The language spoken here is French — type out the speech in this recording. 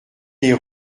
des